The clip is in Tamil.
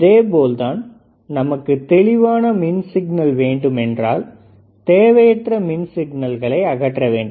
இதேபோல்தான் நமக்கு தெளிவான மின் சிக்னல் வேண்டுமென்றால் தேவையற்ற மின் சிக்னல்களை அகற்றவேண்டும்